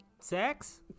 sex